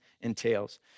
entails